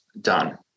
done